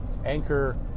Anchor